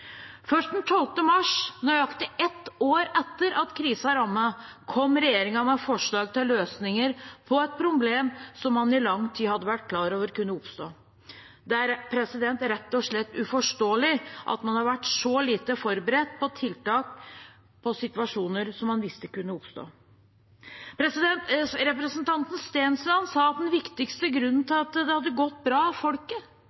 mars, nøyaktig et år etter at krisen rammet, kom regjeringen med forslag til løsninger på et problem som man i lang tid hadde vært klar over kunne oppstå. Det er rett og slett uforståelig at man har vært så lite forberedt på tiltak i situasjoner som man visste kunne oppstå. Representanten Stensland sa at den viktigste grunnen